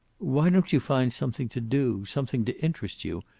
why don't you find something to do, something to interest you?